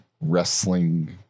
wrestling